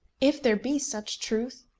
if there be such truth,